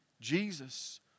Jesus